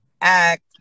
act